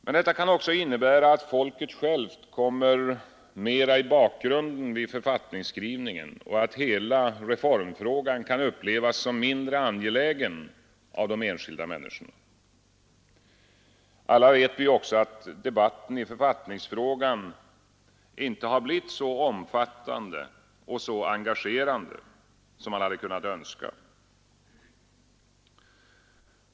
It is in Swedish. Men detta kan också innebära att folket självt kommer mera i bakgrunden vid författningsskrivningen och att hela reformfrågan kan upplevas som mindre angelägen av de enskilda människorna. Alla vet vi också att debatten i författningsfrågan inte blivit så omfattande och engagerande som man hade kunnat önska.